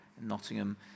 Nottingham